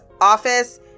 office